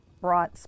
brought